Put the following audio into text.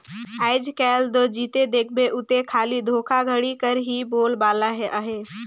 आएज काएल दो जिते देखबे उते खाली धोखाघड़ी कर ही बोलबाला अहे